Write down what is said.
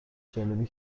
جالبی